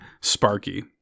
Sparky